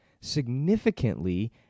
significantly